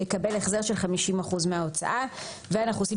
יקבל החזר של 50% מההוצאה.";" ואנחנו עושים